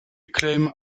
claim